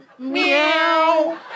Meow